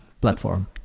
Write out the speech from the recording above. platform